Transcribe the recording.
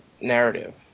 narrative